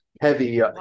heavy